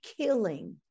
killing